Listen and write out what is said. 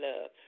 love